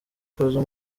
fazzo